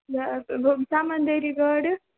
سمنٛدٕری گاڈٕ